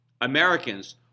Americans